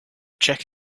check